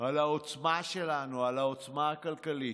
על העוצמה שלנו, על העוצמה הכלכלית.